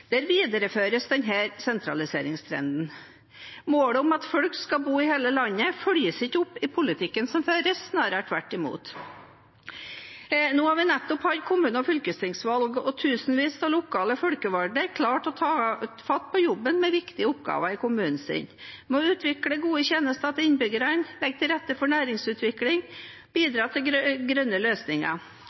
videreføres denne sentraliseringstrenden. Målet om at folk skal bo i hele landet, følges ikke opp i politikken som føres – snarere tvert imot. Nå har vi nettopp hatt kommune- og fylkestingsvalg. Tusenvis av lokale folkevalgte er klare til å ta fatt på jobben med viktige oppgaver i kommunen sin, med å utvikle gode tjenester til innbyggerne, legge til rette for næringsutvikling og bidra til grønne løsninger.